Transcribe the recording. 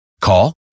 Call